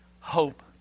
Hope